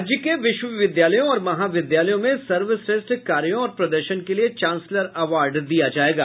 राज्य के विश्वविद्यालयों और महाविद्यालयों में सर्वश्रेष्ठ कार्यो और प्रदर्शन के लिए चांसलर अवार्ड दिया जायेगा